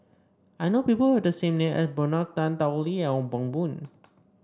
I know people who have the name as Bernard Tan Tao Li and Ong Pang Boon